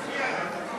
תודה.